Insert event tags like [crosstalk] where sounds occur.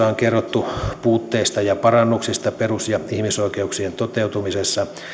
[unintelligible] on kerrottu puutteista ja parannuksista perus ja ihmisoikeuksien toteutumisessa